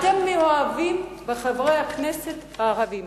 אתם מאוהבים בחברי הכנסת הערבים.